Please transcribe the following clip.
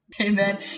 amen